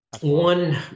one